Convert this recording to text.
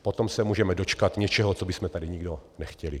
Potom se můžeme dočkat něčeho, co bychom tady nikdo nechtěli.